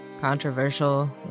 controversial